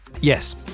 Yes